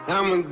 I'ma